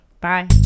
Bye